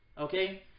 Okay